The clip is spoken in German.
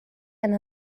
ein